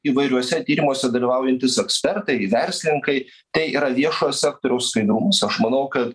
įvairiuose tyrimuose dalyvaujantys ekspertai verslininkai tai yra viešojo sektoriaus skaidrumas aš manau kad